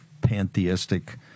pantheistic